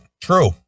True